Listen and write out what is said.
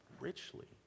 richly